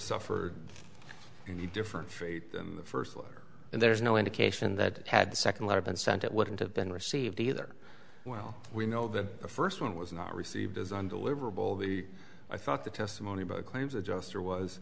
suffered any different from the first one and there's no indication that had the second letter been sent it wouldn't have been received either well we know that the first one was not received as undeliverable the i thought the testimony about claims adjuster was